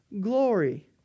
glory